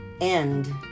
end